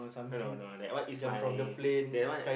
no no that one is my that one